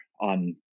on